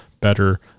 better